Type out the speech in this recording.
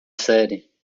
série